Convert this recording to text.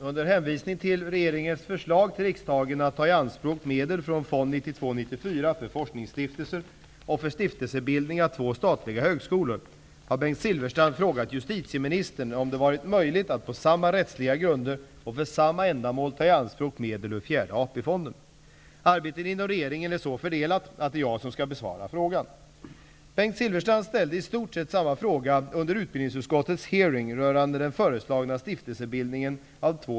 Under hänvisning till regeringens förslag till riksdagen att ta i anspråk medel från Bengt Silfverstrand frågat justitieministern om det varit möjligt att på samma rättsliga grunder och för samma ändamål ta i anspråk medel ur fjärde AP-fonden.